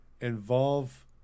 involve